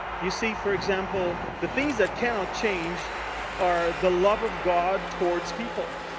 you see, for example, the things that cannot change are the love of god towards people.